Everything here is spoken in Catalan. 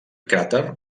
cràter